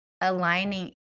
aligning